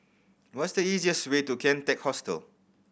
what is the easiest way to Kian Teck Hostel